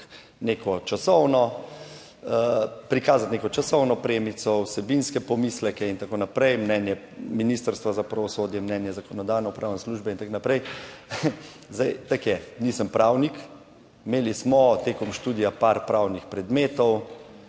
neko časovno, prikazati neko časovno premico, vsebinske pomisleke in tako naprej, mnenje Ministrstva za pravosodje, mnenje Zakonodajno-pravne službe in tako naprej. Zdaj, tako je, nisem pravnik, imeli smo tekom študija par pravnih predmetov,